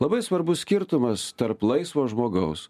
labai svarbus skirtumas tarp laisvo žmogaus